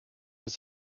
was